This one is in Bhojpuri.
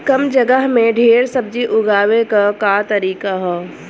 कम जगह में ढेर सब्जी उगावे क का तरीका ह?